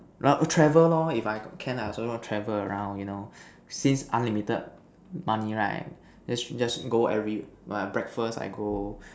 not travel lor if I got can I also want to travel around you know since unlimited money right just just go every !wah! breakfast I go